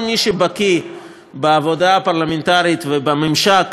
הרי כל מי שבקי בעבודה הפרלמנטרית ובממשק